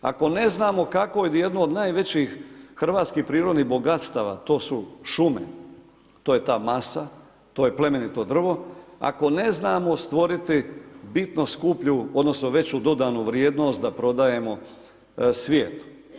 Ako ne znamo kako jednu od najvećih hrvatskih prirodnih bogatstava a to su šume, to je ta masa, to je plemenito drvo, ako ne znamo stvoriti bitno skuplju odnosno veću dodanu vrijednost da prodajemo svijetu?